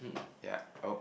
ya oh